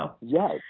Yes